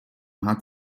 hat